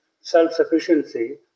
self-sufficiency